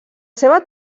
seva